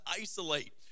isolate